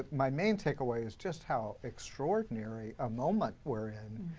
ah my main take away is just how extraordinary a moment we are in,